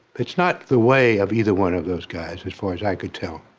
it's not the way of either one of those guys as far as i could tell.